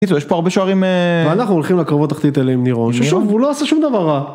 בקיצור, יש פה הרבה שוערים היי... ואנחנו הולכים לקרבות תחתית אלה עם ניראון, ששוב הוא לא עשה שום דבר רע.